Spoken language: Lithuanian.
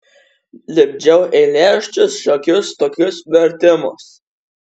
lipdžiau eilėraščius šiokius tokius vertimus